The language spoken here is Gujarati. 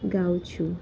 ગાઉં છું